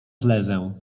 zlezę